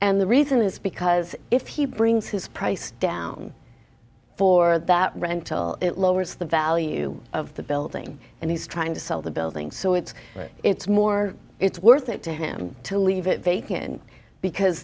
and the reason is because if he brings his price down for that rental it lowers the value of the building and he's trying to sell the building so it's it's more it's worth it to him to leave it vacant because